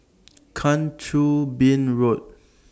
Kang Choo Bin Road